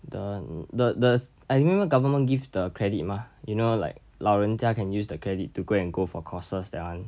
the the the I remember government give the credit mah you know like 老人家 can use the credit to go and go for courses that one